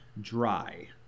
dry